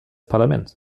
parlament